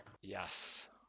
Yes